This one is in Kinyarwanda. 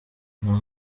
nta